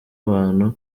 abantu